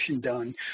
done